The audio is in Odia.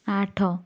ଆଠ